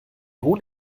hohen